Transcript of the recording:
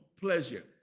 pleasure